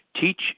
Teach